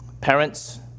Parents